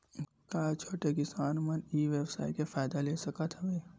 का छोटे किसान मन ई व्यवसाय के फ़ायदा ले सकत हवय?